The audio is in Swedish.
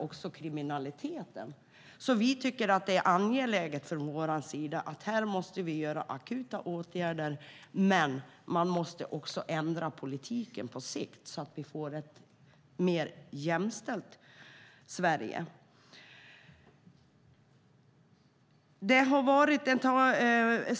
Från Vänsterpartiets sida ser vi det som angeläget att vidta akuta åtgärder. På sikt måste politiken ändras så att vi får ett mer jämställt Sverige.